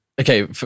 Okay